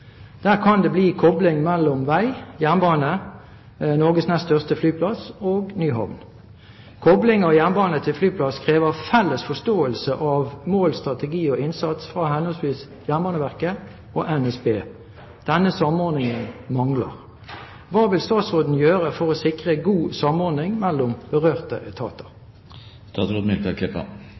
Der kan det bli kobling mellom vei, jernbane, Norges nest største flyplass og ny havn. Kobling av jernbane til flyplass krever felles forståelse av mål, strategi og innsats fra henholdsvis Jernbaneverket og NSB. Denne samordningen mangler. Hva vil statsråden gjøre for å sikre god samordning mellom berørte